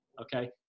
Okay